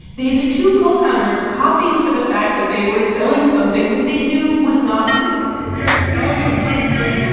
they the two co-founders copping to the fact that they were selling something that they knew was not real we are selling a pipe dream